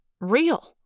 real